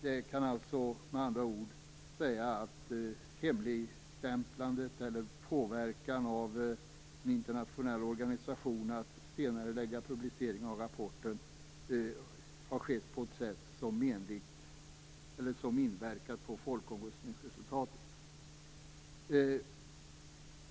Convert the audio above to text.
Det kan med andra ord sägas att hemligstämplandet eller påverkan av en internationell organisation att senarelägga publiceringen av rapporten har skett på ett sätt som inverkat på folkomröstningsresultatet.